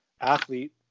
athlete